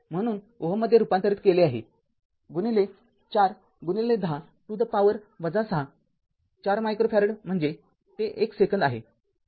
म्हणून Ω मध्ये रूपांतरित केले आहे ४१० to the power ६४ micro farad म्हणजे ते १ सेकंद आहे